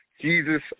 Jesus